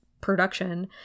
production